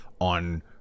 on